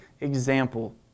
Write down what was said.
example